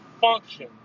function